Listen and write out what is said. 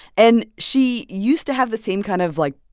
and she used to have the same kind of, like,